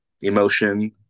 emotion